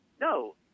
No